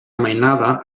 mainada